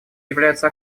является